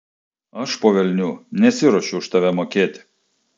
aš po velnių nesiruošiu už tave mokėti